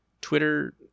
Twitter